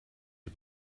die